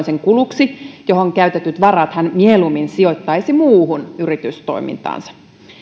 sen kuluksi johon käytetyt varat hän mieluummin sijoittaisi muuhun yritystoimintaansa